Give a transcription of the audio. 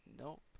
Nope